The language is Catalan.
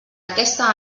aquesta